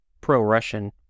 pro-Russian